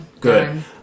Good